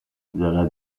della